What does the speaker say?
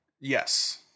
Yes